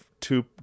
two